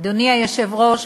אדוני היושב-ראש,